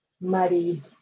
muddy